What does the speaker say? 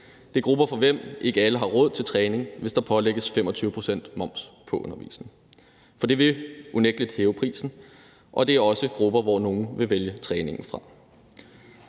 Det er grupper, hvor ikke alle har råd til træning, hvis undervisningen pålægges 25 pct. moms, for det vil unægtelig hæve prisen, og det er også grupper, hvor nogle vil vælge træningen fra.